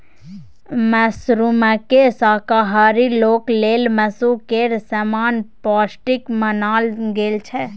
मशरूमकेँ शाकाहारी लोक लेल मासु केर समान पौष्टिक मानल गेल छै